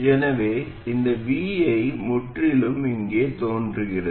எனவே இந்த vi முற்றிலும் இங்கே தோன்றுகிறது